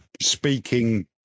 speaking